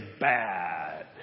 bad